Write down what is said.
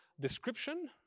description